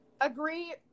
agree